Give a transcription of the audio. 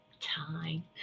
time